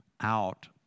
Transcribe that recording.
out